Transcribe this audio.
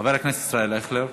חבר הכנסת ישראל אייכלר.